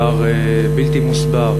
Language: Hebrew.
פער בלתי מוסבר,